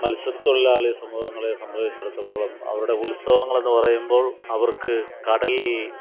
മത്സ്യ തൊഴിലാളി സമൂഹങ്ങളെ സംബന്ധിച്ചിടത്തോളം അവരുടെ ഉത്സവങ്ങളെന്നു പറയുമ്പോൾ അവർക്കു കടലിൽ